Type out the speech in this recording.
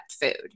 food